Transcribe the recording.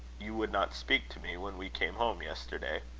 you would not speak to me when we came home yesterday.